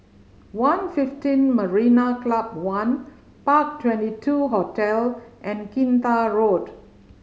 one fifteen Marina Club One Park Twenty two Hotel and Kinta Road